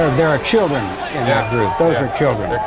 there are children in that group. those are children.